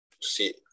see